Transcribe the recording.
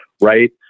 right